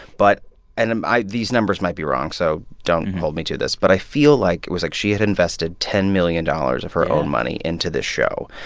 but and i'm i these numbers might be wrong, so don't hold me to this. but i feel like it was like she had invested ten million dollars of her own money into this show.